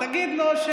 יריב, תגיד לו.